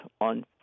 on